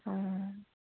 অঁ